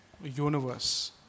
universe